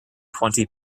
twenty